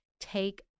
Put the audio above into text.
Take